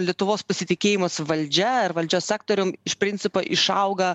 lietuvos pasitikėjimas valdžia ar valdžios sektorium iš principo išauga